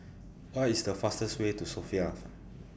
What IS The fastest Way to Sofia